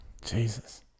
Jesus